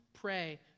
pray